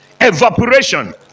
Evaporation